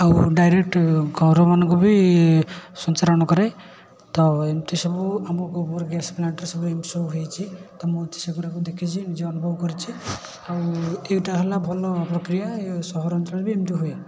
ଆଉ ଡାଇରେକ୍ଟ ଘରମାନଙ୍କୁ ବି ସଞ୍ଚାରଣ କରେ ତ ଏମିତି ସବୁ ଆମ ଗୋବର ଗ୍ୟାସ୍ ପ୍ଲାଣ୍ଟରେ ସବୁ ଏମିତି ସବୁ ହେଇଛି ତ ମୁଁ ସେଗୁଡ଼ାକୁ ଦେଖିଛି ନିଜେ ଅନୁଭବ କରିଛି ଆଉ ଏଇଟା ହେଲା ଭଲ ପକ୍ରିୟା ଏଇ ସହରାଞ୍ଚଳରେ ବି ଏମିତି ହୁଏ